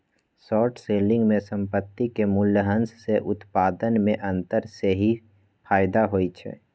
short selling में संपत्ति के मूल्यह्रास से उत्पन्न में अंतर सेहेय फयदा होइ छइ